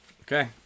Okay